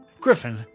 Griffin